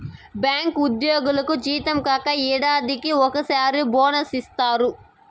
bank ఉద్యోగులకు జీతం కాక ఏడాదికి ఒకసారి బోనస్ ఇత్తారు